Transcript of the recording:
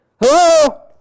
Hello